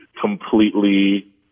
completely